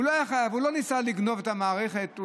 הוא לא ניסה לגנוב את המערכת,